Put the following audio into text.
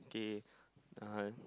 okay uh